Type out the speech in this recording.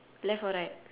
left or right